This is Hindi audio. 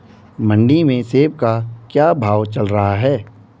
मंडी में सेब का क्या भाव चल रहा है?